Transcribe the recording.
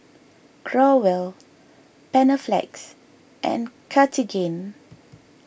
Growell Panaflex and Cartigain